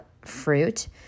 fruit